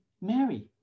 Mary